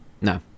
no